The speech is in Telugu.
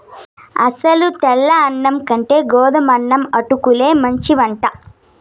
అసలు తెల్ల అన్నం కంటే గోధుమన్నం అటుకుల్లే మంచివట